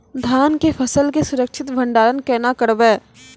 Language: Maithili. धान के फसल के सुरक्षित भंडारण केना करबै?